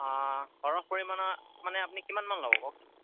অঁ সৰহ পৰিমাণৰ মানে আপুনি কিমান মান ল'ব কওকচোন